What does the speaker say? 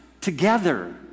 together